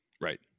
Right